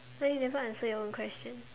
why you never answer your own question